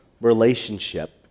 relationship